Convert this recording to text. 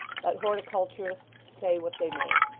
let horticulturists say what they may,